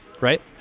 right